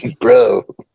Bro